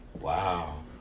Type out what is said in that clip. Wow